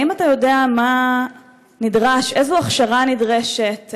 האם אתה יודע איזו הכשרה נדרשת,